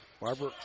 Barber